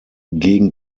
gegen